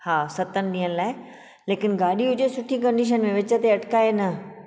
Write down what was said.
हा सतन ॾींहंनि लाइ लेकिन गाॾी हुजे सुठी कंडीशन में विच ते अटकाए न